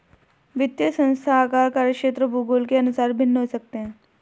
वित्तीय संस्थान आकार, कार्यक्षेत्र और भूगोल के अनुसार भिन्न हो सकते हैं